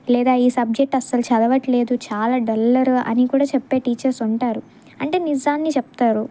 లేదా ఈ సబ్జెక్ట్ అసలు చదవట్లేదు చాలా డల్లర్ అని కూడా చెప్పే టీచర్స్ ఉంటారు అంటే నిజాన్ని చెప్తారు